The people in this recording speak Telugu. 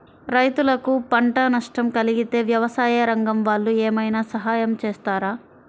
రైతులకు పంట నష్టం కలిగితే వ్యవసాయ రంగం వాళ్ళు ఏమైనా సహాయం చేస్తారా?